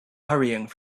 hurrying